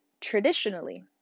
traditionally